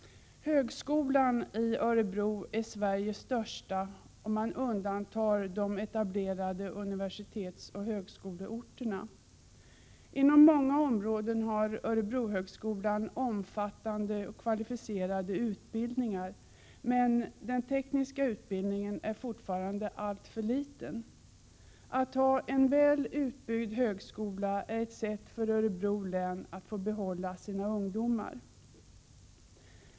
Högskolan i Örebro är Sveriges största om man undantar de etablerade universitetsoch högskoleorterna. Inom många områden har högskolan omfattande och kvalificerade utbildningar, men den tekniska utbildningen är fortfarande alltför liten. Att ha en väl utbyggd högskola är ett sätt för Örebro län att få behålla sina ungdomar.